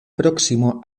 próximo